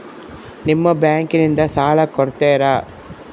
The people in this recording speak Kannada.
ನಿಮ್ಮ ಬ್ಯಾಂಕಿನಿಂದ ಸಾಲ ಕೊಡ್ತೇರಾ?